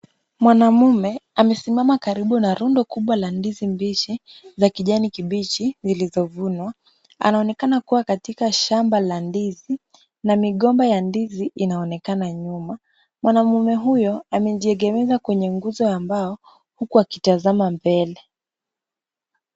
Mwanaume amesimama karibu na rundo kubwa la ndizi mbichi la kijani kibichi zilizovunwa. Anaonekana kuwa katika shamba la ndizi na migomba ya ndizi inaonekana nyuma. Mwanaume huyo amejiegemeza kwenye nguzo ya mbao huku akitazama mbele.